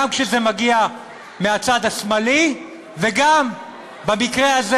גם כשזה מגיע מהצד השמאלי וגם במקרה הזה,